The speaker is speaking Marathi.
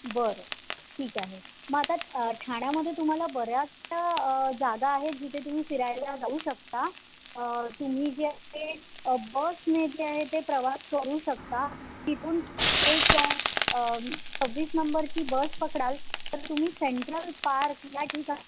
बरं ठीक आहे मग आता ठाण्यामध्ये तुम्हाला बऱ्याचशा जागा आहेत जिथे तुम्ही फिरायला जाऊ शकता तुम्ही जे आहे बसने जे आहे ते प्रवास करू शकता तिथून एक सव्वीस नंबरची बस पकडाल तर तुम्ही सेंट्रल पार्क या ठिकाणी